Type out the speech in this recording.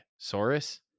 Saurus